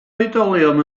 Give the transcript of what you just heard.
oedolion